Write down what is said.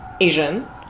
Asian